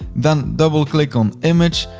then double click on image.